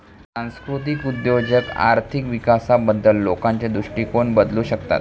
सांस्कृतिक उद्योजक आर्थिक विकासाबद्दल लोकांचे दृष्टिकोन बदलू शकतात